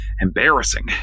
Embarrassing